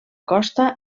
costa